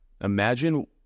imagine